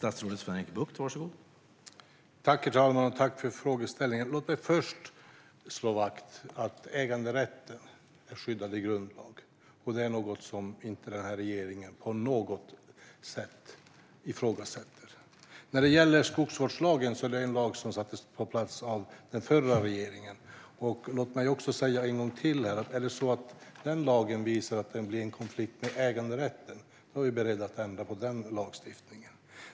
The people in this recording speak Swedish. Herr talman! Tack för frågan! Låt mig först slå fast att äganderätten är skyddad i grundlag. Den ifrågasätter den här regeringen inte på något sätt. Vad gäller skogsvårdslagen sattes den på plats av den förra regeringen. Låt mig också säga att om den lagen står i konflikt med äganderätten är vi beredda på att ändra på just den lagstiftningen.